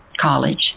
college